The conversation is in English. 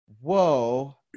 whoa